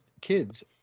kids